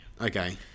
Okay